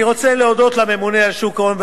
אני רוצה להודות לממונה על שוק ההון,